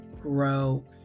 grow